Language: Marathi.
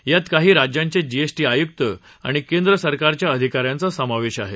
त्यात काही राज्यांचे जीएसटी आयुक्त आणि केंद्र सरकारच्या अधिका यांचा समावेश आहे